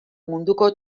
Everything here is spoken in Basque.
munduko